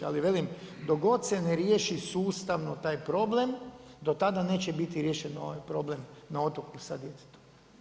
Ali velim dok god se ne riješi sustavno taj problem do tada neće biti riješen ovaj problem na otoku sa djetetom.